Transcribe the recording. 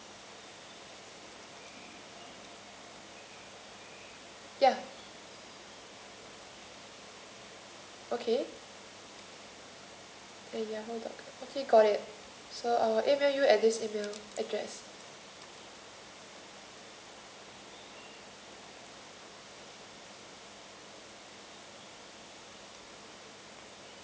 ya okay at yahoo dot com okay got it so uh email you at this email address